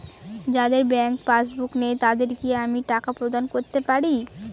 যাদের bank passbook নেই তাদের কি আমি টাকা প্রদান করতে পারি?